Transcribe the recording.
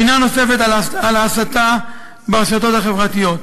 מילה נוספת על ההסתה ברשתות החברתיות.